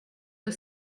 the